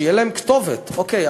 שתהיה להן כתובת: אוקיי,